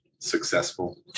successful